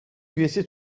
üyesi